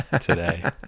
today